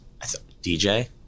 dj